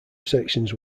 sections